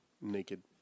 naked